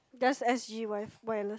just s_g wifi wireless